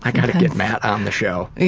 gotta get matt on the show.